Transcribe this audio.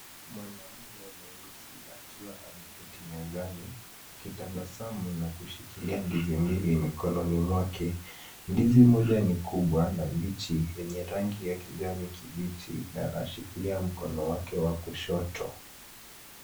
Mwanaume mweusi akiwa amekaa mezani, akitabasamu na kushikilia ndizi mbili mikononi mwake. Ndizi moja ni kubwa na mbichi yenye rangi ya kijani kibichi na anashikilia mkono wake wa kushoto.